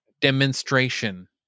demonstration